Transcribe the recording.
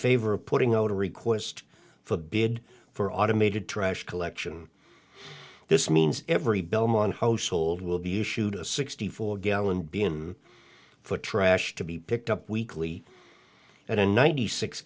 favor of putting out a request for a bid for automated trash collection this means every belmont household will be issued a sixty four gallon b m for trash to be picked up weekly at a ninety six